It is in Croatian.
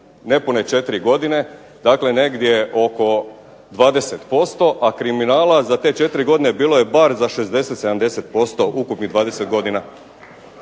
nepune 4 godine, dakle negdje oko 20%, a kriminala za te 4 godine bilo je bar za 60, 70% ukupnih 20 godina.